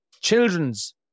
children's